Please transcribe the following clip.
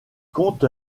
compte